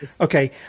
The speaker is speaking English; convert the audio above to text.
okay